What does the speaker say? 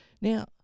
now